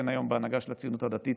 אין היום בהנהגה של הציונות הדתית,